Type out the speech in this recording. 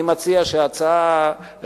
אני מציע שההצעה תעבור,